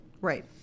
Right